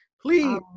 Please